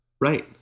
Right